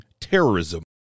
terrorism